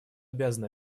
обязаны